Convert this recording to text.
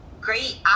great